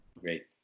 Great